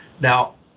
now